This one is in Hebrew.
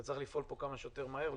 לכן צריך לפעול פה כמה שיותר מהר.